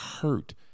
hurt